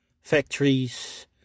factories